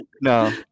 no